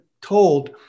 told